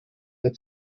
der